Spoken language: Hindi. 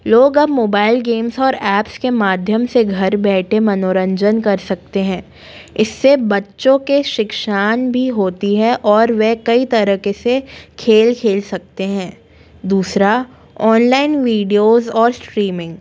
लोग अब मोबाइल गेम्स और ऐप्स के माध्यम से घर बैठे मनोरंजन कर सकते हैं इससे बच्चों के शिक्षण भी होती है और वे कई तरीके से खेल खेल सकते हैं दूसरा ऑनलाइन विडिओज़ और स्ट्रीमिंग